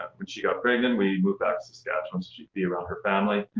when she got pregnant, we moved back to saskatchewan so she could be around her family,